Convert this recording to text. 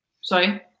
Sorry